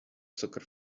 soccer